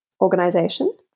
organization